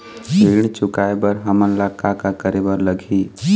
ऋण चुकाए बर हमन ला का करे बर लगही?